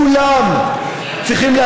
כולם צריכים להיות בהם.